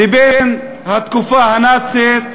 לתקופה הנאצית,